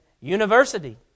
university